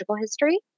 history